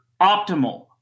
optimal